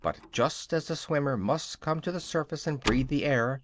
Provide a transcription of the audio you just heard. but, just as the swimmer must come to the surface and breathe the air,